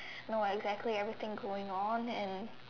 no I clear every thing going on and